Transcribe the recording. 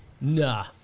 Nah